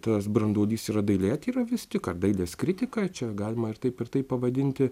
tas branduolys yra dailėtyra vis tik ar dailės kritika čia galima ir taip ir taip pavadinti